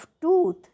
tooth